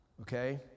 Okay